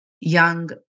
young